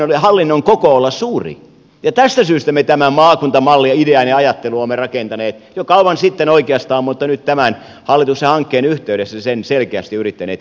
tästä syystä me tämän maakuntamallin ja idean ja ajattelun olemme rakentaneet jo kauan sitten oikeastaan mutta nyt tämän hallituksen hankkeen yhteydessä sen selkeästi yrittäneet ihmisille kertoa